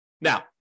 Now